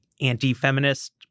anti-feminist